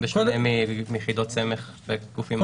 בשונה מיחידות סמך ומגופים אחרים.